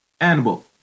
animal